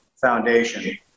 Foundation